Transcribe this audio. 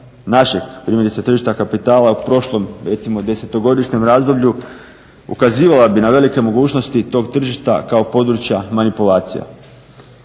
našeg primjerice tržišta kapitala u prošlom recimo desetogodišnjem razdoblju ukazivala bi na velike mogućnosti tog tržišta kao područja manipulacija.